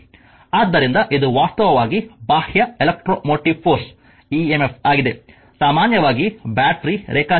ಆದ್ದರಿಂದ ಇದು ವಾಸ್ತವವಾಗಿ ಬಾಹ್ಯ ಎಲೆಕ್ಟ್ರೋಮೋಟಿವ್ ಫೋರ್ಸ್ emf ಆಗಿದೆ ಸಾಮಾನ್ಯವಾಗಿ ಬ್ಯಾಟರಿ ರೇಖಾಚಿತ್ರ 1